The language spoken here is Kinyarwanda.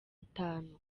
itanu